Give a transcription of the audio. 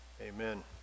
Amen